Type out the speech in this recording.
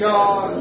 God